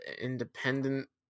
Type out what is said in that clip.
independent